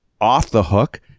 off-the-hook